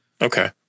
Okay